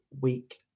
week